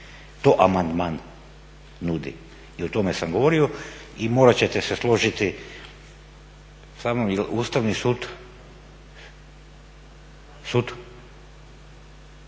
To amandman nudi i o tome sam govorio. I morat ćete se složiti sa mnom jer Ustavni sud on